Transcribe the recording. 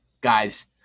guys